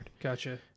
gotcha